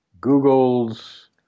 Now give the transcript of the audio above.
Google's